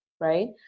Right